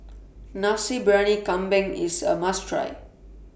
Nasi Briyani Kambing IS A must Try